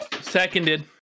Seconded